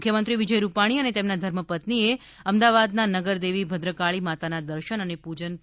મુખ્યમંત્રી વિજય રૂપાણી અને તેમના ધર્મપત્નીએ અમદાવાદના નગર દેવી ભદ્રકાળી માતાના દર્શન અને પુજન પણ કર્યા હતા